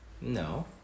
No